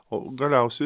o galiausi